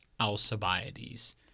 Alcibiades